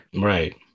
Right